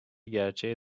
gerçeğe